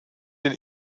den